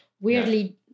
weirdly